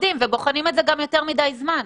בוחנים את זה גם יותר מדיי זמן.